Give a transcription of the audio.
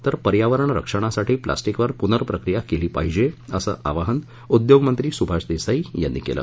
तर पर्यावरण रक्षणासाठी प्लॉस्टिकवर पुनर्प्रक्रिया केली पहिजे असं आवाहन उद्योगमंत्री सुभाष देसाई यांनी केलं